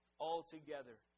altogether